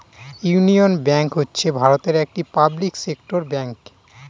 union Bank হচ্ছে ভারতের একটি পাবলিক সেক্টর ব্যাঙ্ক